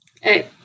Hey